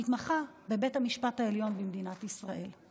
גם הייתי מתמחה בבית המשפט העליון במדינת ישראל.